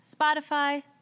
Spotify